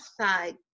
side